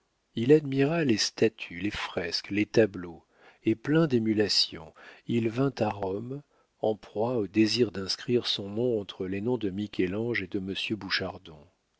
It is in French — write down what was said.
il admira les statues les fresques les tableaux et plein d'émulation il vint à rome en proie au désir d'inscrire son nom entre les noms de michel-ange et de